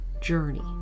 journey